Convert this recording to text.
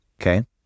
okay